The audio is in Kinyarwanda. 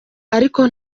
ariko